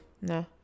No